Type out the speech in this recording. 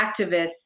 activists